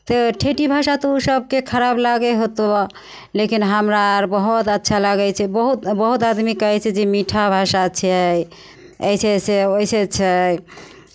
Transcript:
फेर ठेठी भाषा तऽ ओ सभकेँ खराब लगैत होतौ लेकिन हमरा अर बहुत अच्छा लागै छै बहुत बहुत आदमी कहै छै जे मीठा भाषा छै अइसे छै ओइसे छै